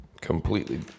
completely